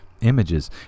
images